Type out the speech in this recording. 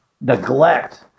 neglect